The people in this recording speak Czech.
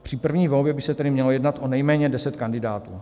Při první volbě by se tedy mělo jednat o nejméně deset kandidátů.